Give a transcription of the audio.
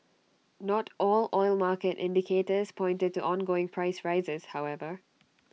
not all oil market indicators pointed to ongoing price rises however